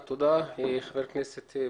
דרך פערים רבים שצריך להתמודד איתם,